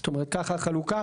זאת אומרת, כך החלוקה.